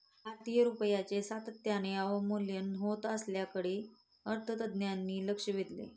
भारतीय रुपयाचे सातत्याने अवमूल्यन होत असल्याकडे अर्थतज्ज्ञांनी लक्ष वेधले